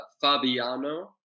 Fabiano